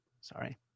sorry